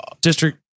district